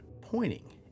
pointing